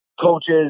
coaches